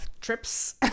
trips